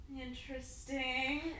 Interesting